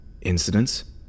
Incidents